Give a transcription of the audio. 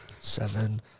seven